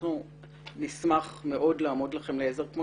אנחנו נשמח מאוד לעמוד לכם לעזר כמו